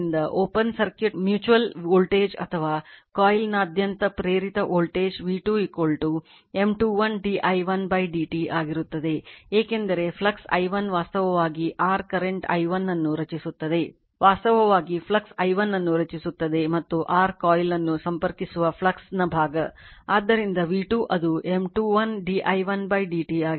ಆದ್ದರಿಂದ open circuit mutual voltage ಅಥವಾ ಕಾಯಿಲ್ನಾದ್ಯಂತ ಪ್ರೇರಿತ voltage v2 M21 d i1 dt ಆಗಿರುತ್ತದೆ ಏಕೆಂದರೆ ಫ್ಲಕ್ಸ್ i1 ವಾಸ್ತವವಾಗಿ r ಕರೆಂಟ್ i1 ಅನ್ನು ರಚಿಸುತ್ತದೆ ವಾಸ್ತವವಾಗಿ ಫ್ಲಕ್ಸ್ i1 ಅನ್ನು ರಚಿಸುತ್ತದೆ ಮತ್ತು r ಕಾಯಿಲ್ ಅನ್ನು ಸಂಪರ್ಕಿಸುವ ಫ್ಲಕ್ಸ್ನ ಭಾಗ ಆದ್ದರಿಂದ v2 ಅದು M21 d i1 dt ಆಗಿರುತ್ತದೆ